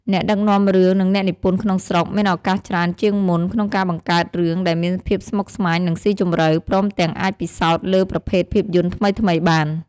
អ្នកដឹកនាំរឿង និងអ្នកនិពន្ធក្នុងស្រុកមានឱកាសច្រើនជាងមុនក្នុងការបង្កើតរឿងដែលមានភាពស្មុគស្មាញ និងស៊ីជម្រៅ ព្រមទាំងអាចពិសោធន៍លើប្រភេទភាពយន្តថ្មីៗបាន។